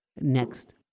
next